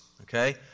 okay